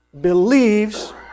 believes